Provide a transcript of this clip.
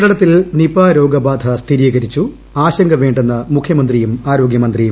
കേരളത്തിൽ നിപ രോഗബാധ സ്ഥിരീകരിച്ചു ആശങ്ക ന്ന് മുഖ്യമന്ത്രിയും ആരോഗൃമന്ത്രിയും